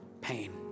pain